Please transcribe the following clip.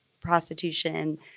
prostitution